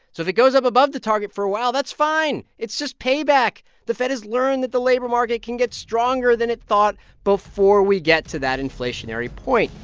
so if it goes up above the target for a while, that's fine. it's just payback. the fed has learned that the labor market can get stronger than it thought before we get to that inflationary point.